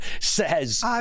says